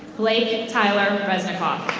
blake tyler resinghoff.